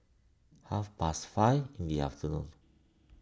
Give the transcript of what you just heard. half past five in the afternoon